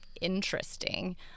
interesting